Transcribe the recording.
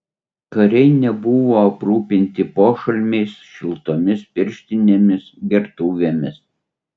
kariai nebuvo aprūpinti pošalmiais šiltomis pirštinėmis gertuvėmis